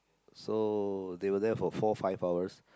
so they were there for four five hours